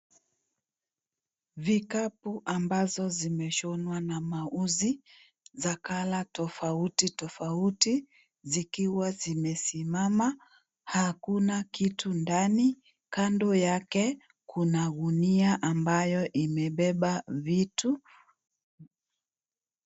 Vikapu ambazo zimeshonwa na mauzi, za colour tofauti tofauti, zikiwa zimesimama, hakuna kitu ndani, kando yake kuna gunia ambayo imebeba vitu.